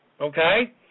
okay